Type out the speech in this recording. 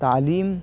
تعلیم